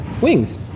wings